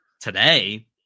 today